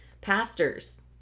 Pastors